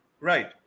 Right